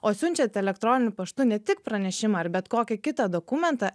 o siunčiant elektroniniu paštu ne tik pranešimą ar bet kokį kitą dokumentą